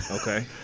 Okay